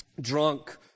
drunk